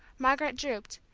margaret drooped,